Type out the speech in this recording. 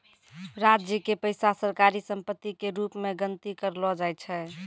राज्य के पैसा सरकारी सम्पत्ति के रूप मे गनती करलो जाय छै